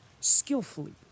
skillfully